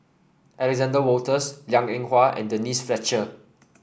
Alexander Wolters Liang Eng Hwa and Denise Fletcher